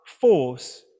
force